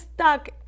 stuck